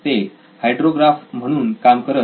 ते हायड्रोग्राफ म्हणून काम करत